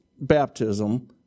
baptism